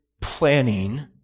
planning